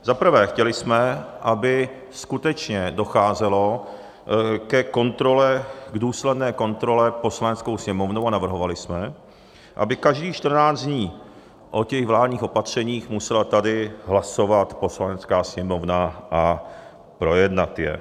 Za prvé jsme chtěli, aby skutečně docházelo ke kontrole, k důsledné kontrole Poslaneckou sněmovnou, a navrhovali jsme, aby každých 14 dní o vládních opatřeních musela tady hlasovat Poslanecká sněmovna a projednat je.